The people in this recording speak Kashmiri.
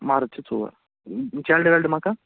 مرد چھِ ژور چایلڈٕ وایلڈٕ ما کانٛہہ